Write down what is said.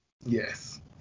Yes